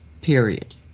Period